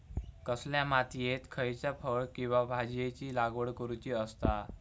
कसल्या मातीयेत खयच्या फळ किंवा भाजीयेंची लागवड करुची असता?